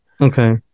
Okay